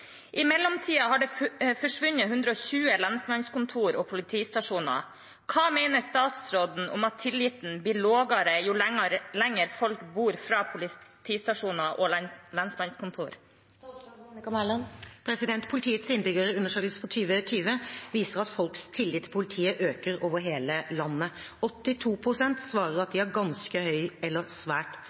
i løpet av samme periode. I mellomtiden har det forsvunnet 120 lensmannskontor og politistasjoner. Hva mener statsråden om at tilliten blir lavere jo lengre folk bor fra politistasjoner og lensmannskontor?» Politiets innbyggerundersøkelse for 2020 viser at folks tillit til politiet øker over hele landet. 82 pst. svarer at de har ganske høy eller svært